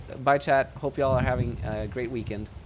bye, chat. hope you all are having a great weekend.